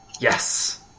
Yes